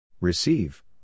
Receive